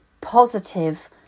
positive